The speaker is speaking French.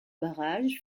barrage